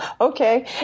Okay